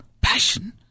passion